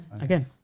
Again